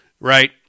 right